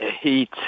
heat